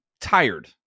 tired